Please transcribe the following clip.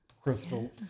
crystal